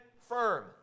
firm